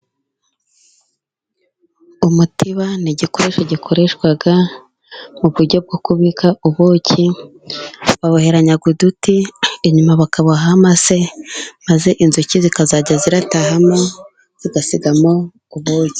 Umutiba ni igikoresho gikoreshwa mu buryo bwo kubika ubuki. Baboheranyaga uduti, inyuma bakabohaho amase, maze inzuki zikazajya zitahamo zigasigamo ubuki.